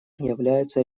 является